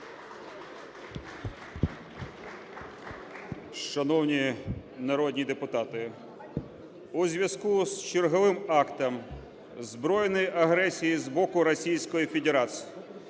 Шановні народні депутати, у зв'язку з черговим актом збройної агресії з боку Російської Федерації,